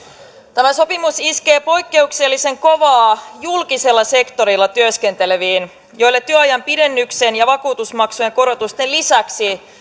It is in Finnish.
tämä sopimus iskee poikkeuksellisen kovaa julkisella sektorilla työskenteleviin joille työajan pidennyksen ja vakuutusmaksujen korotusten lisäksi